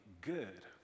good